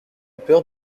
peur